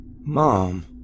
Mom